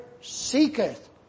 seeketh